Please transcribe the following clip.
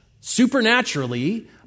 supernaturally